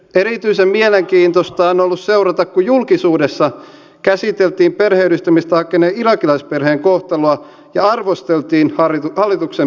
erityisen mielenkiintoista on ollut seurata kun julkisuudessa käsiteltiin perheenyhdistämistä hakeneen irakilaisperheen kohtaloa ja arvosteltiin hallituksen perheenyhdistämispolitiikkaa